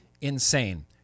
insane